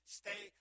stay